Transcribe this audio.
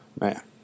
Man